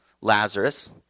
Lazarus